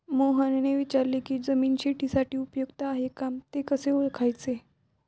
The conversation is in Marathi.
मोहनने विचारले की जमीन शेतीसाठी उपयुक्त आहे का ते कसे ओळखायचे?